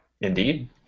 Indeed